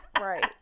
right